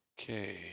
Okay